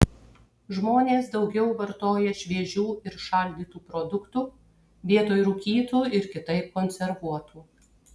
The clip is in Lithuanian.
žmonės daugiau vartoja šviežių ir šaldytų produktų vietoj rūkytų ir kitaip konservuotų